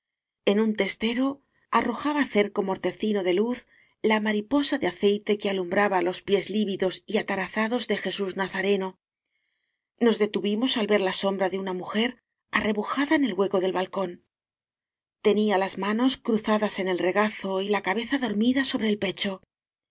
en un testero arrojaba cerco mortecino de luz la mariposa de aceite que alumbraba los pies lívidos y atarazados de jesús nazareno nos detuvimos al ver la sombra de una mujer arrebujada en el hue co del balcón tenía las manos cruzadas en el regazo y la cabeza dormida sobre el pe